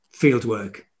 fieldwork